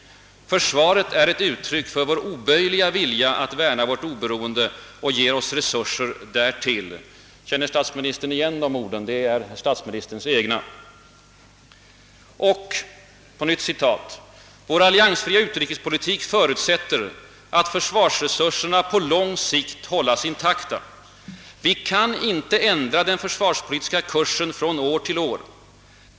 Försvaret är ett uttryck för vår oböjliga vilja att värna vårt oberoende och ger oss resurser därtill.» Känner statsministern igen dessa ord? Det är statsministerns egna. » Vår alliansfria utrikespolitik förutsätter att försvarsresurserna på lång sikt hålles intakta. Vi kan inte ändra den försvarspolitiska kursen från år till år.